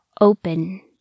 open